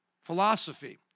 philosophy